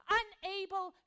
unable